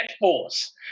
force